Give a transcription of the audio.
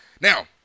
Now